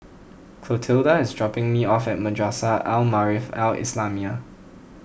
Clotilda is dropping me off at Madrasah Al Maarif Al Islamiah